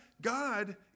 God